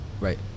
Right